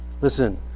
Listen